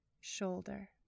shoulder